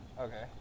Okay